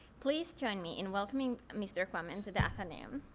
please join me in welcoming mr. quammen to athenaeum.